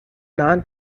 non